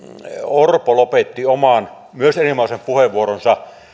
orpo lopetti oman myös erinomaisen puheenvuoronsa